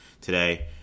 today